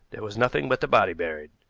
there was nothing but the body buried,